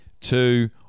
two